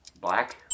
Black